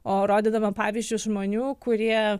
o rodydama pavyzdžius žmonių kurie